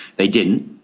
they didn't,